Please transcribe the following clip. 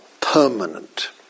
permanent